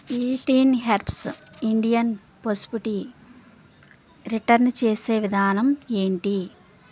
eighteen herbs Indian పసుపు tea return చేసే విధానం ఏంటి